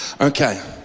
Okay